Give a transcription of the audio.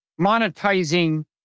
monetizing